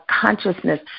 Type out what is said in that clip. consciousness